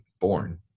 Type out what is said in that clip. born